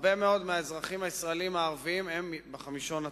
והרבה מאוד מהאזרחים הישראלים הערבים הם בחמישון התחתון.